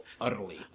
utterly